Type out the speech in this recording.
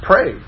Pray